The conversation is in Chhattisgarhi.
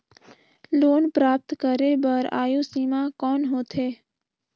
लोन प्राप्त करे बर आयु सीमा कौन होथे?